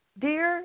Dear